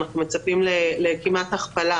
אנחנו מצפים לכמעט הכפלה,